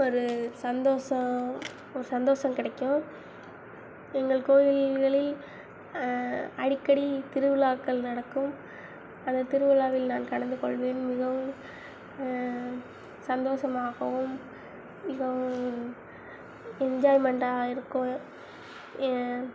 ஒரு சந்தோஷம் ஒரு சந்தோஷம் கிடைக்கும் எங்கள் கோவில்களில் அடிக்கடி திருவிழாக்கள் நடக்கும் அந்த திருவிழாவில் நான் கலந்து கொள்வேன் மிகவும் சந்தோஷமாகவும் மிகவும் என்ஜாய்மென்ட்டாக இருக்கும்